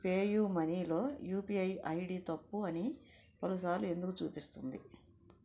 PayU మనీలో UPI ID తప్పు అని పలుసార్లు ఎందుకు చూపిస్తుంది